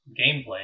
gameplay